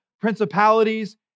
principalities